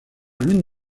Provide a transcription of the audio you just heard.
l’une